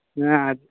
ᱦᱮᱸ